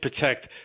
protect